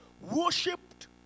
worshipped